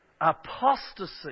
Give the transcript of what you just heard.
apostasy